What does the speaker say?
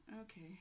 okay